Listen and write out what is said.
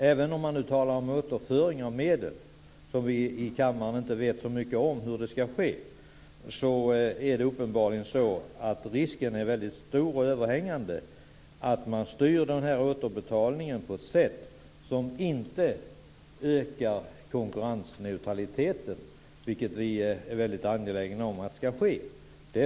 Även om man nu talar om återföring av medel - som vi i kammaren inte vet så mycket om hur det ska ske - är risken uppenbarligen stor och överhängande att man styr återbetalningen på ett sätt som inte ökar konkurrensneutraliteten, vilket vi är angelägna om ska ske.